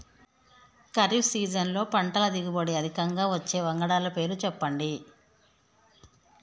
ఖరీఫ్ సీజన్లో పంటల దిగుబడి అధికంగా వచ్చే వంగడాల పేర్లు చెప్పండి?